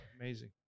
Amazing